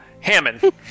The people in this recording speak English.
Hammond